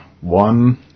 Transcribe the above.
one